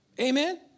Amen